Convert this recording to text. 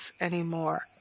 anymore